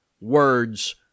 Words